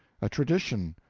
a tradition,